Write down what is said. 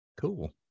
Cool